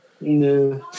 No